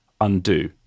undo